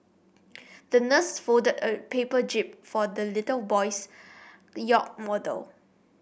the nurse folded a paper jib for the little boy's yacht model